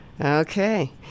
Okay